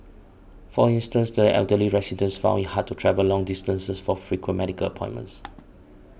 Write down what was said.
for instance the elderly residents found it hard to travel long distances for frequent medical appointments